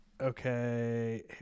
Okay